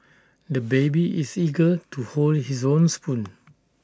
the baby is eager to hold his own spoon